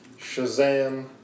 Shazam